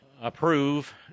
approve